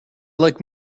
like